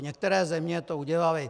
Některé země to udělaly.